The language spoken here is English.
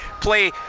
play